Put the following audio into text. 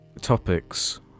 Topics